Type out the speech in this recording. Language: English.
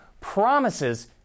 promises